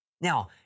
Now